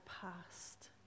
past